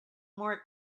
more